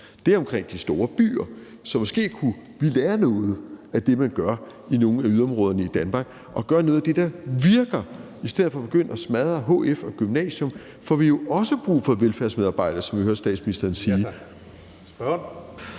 Det er omkring de store byer. Så måske kunne vi lære noget af det, man gør i nogle af yderområderne i Danmark, og gøre noget af det, der virker, i stedet for at begynde at smadre HF og gymnasiet. For vi har jo også brug for velfærdsmedarbejdere, som vi hørte statsministeren sige.